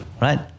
Right